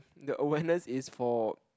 the awareness is for